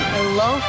Hello